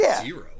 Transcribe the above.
zero